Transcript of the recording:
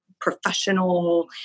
professional